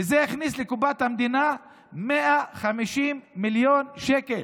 זה הכניס לקופת המדינה 150 מיליון שקל.